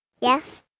Yes